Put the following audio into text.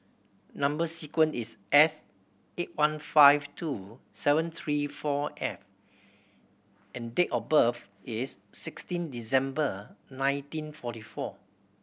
number sequence is S eight one five two seven three four F and date of birth is sixteen December nineteen forty four